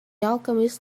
alchemist